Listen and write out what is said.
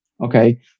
okay